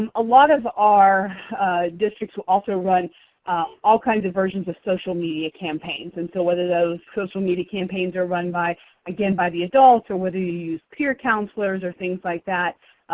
um a lot of our districts also run all kinds of versions of social media campaigns. and so whether those social media campaigns are run, again, by the adults or whether you use peer counselors or things like that,